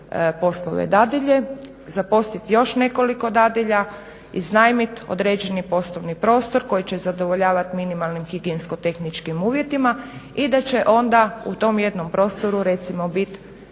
poslove dadilje. Zaposlit još nekoliko dadilja, iznajmit određeni poslovni prostor koji će zadovoljavat minimalnim higijensko tehničkim uvjetima i da će onda u tom jednom prostoru recimo bit,